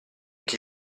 che